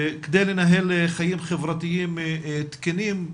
כדי לנהל חיים חברתיים תקינים,